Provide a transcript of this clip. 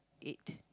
eight